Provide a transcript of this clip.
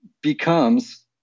becomes